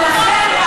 ולכן,